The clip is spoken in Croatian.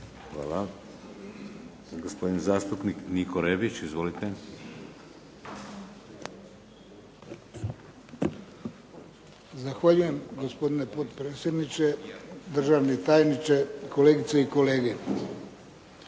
Hvala. Gospodin zastupnik Niko Rebić. Izvolite. **Rebić, Niko (HDZ)** Zahvaljujem gospodine potpredsjedniče, državni tajniče, kolegice i kolege.